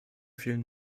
vielen